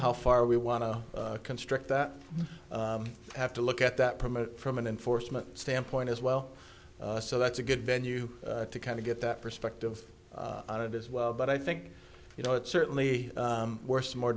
how far we want to construct that have to look at that promote from an enforcement standpoint as well so that's a good venue to kind of get that perspective on it as well but i think you know it's certainly worth more